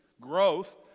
growth